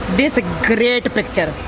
this a great picture.